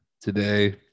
today